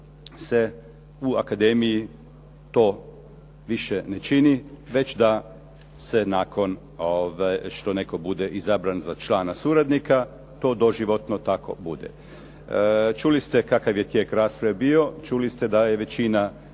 se u akademiji to više ne čini već da se nakon što netko bude izabran za člana suradnika to doživotno tako bude. Čuli ste kakav je tijek rasprave bio, čuli ste da je većina